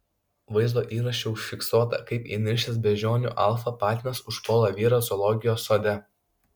vaizdo įraše užfiksuota kaip įniršęs beždžionių alfa patinas užpuola vyrą zoologijos sode